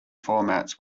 formats